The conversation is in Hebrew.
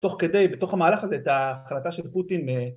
תוך כדי בתוך המהלך הזה את ההחלטה של פוטין